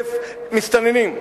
100,000 מסתננים.